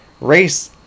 race